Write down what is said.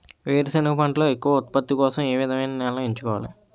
వేరుసెనగ పంటలో ఎక్కువ ఉత్పత్తి కోసం ఏ విధమైన నేలను ఎంచుకోవాలి?